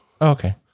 Okay